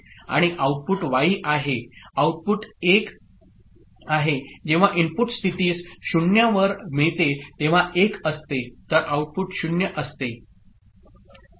आणि output Y आहे output 1 आहे जेव्हा इनपुट स्थितीस 0 वर मिळते तेव्हा 1 असते तर आऊटपुट 0 असते